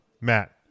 Matt